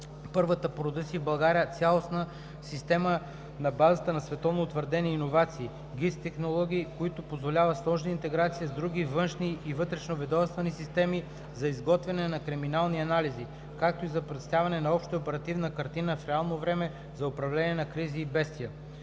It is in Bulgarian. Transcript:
първата по рода си в България цялостна система на база световно утвърдени иновативни ГИС технологии, която позволява сложна интеграция с други външни и вътрешноведомствени системи за изготвяне на криминални анализи, както и за представяне на обща оперативна картина в реално време за управление на кризи и бедствия.